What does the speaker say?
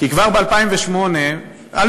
כי כבר ב-2008, כן.